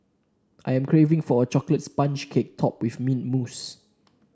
I am craving for a chocolate sponge cake topped with mint mousse